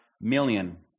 million